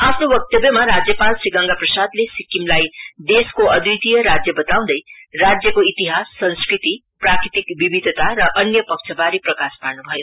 आफ्नो वक्तव्यमा राज्यपाल श्री गंगाप्रसादले सिक्किमलाई देशको अद्वितीय राज्य बताउँदै राज्यको इतिहास संस्कृति प्रकृति प्राकृतिक विविधता र अन्य पक्षबारे प्रकाश पार्नुभयो